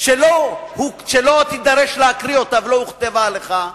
שלא תידרש להקריא אותה ולא הוכתבה לך,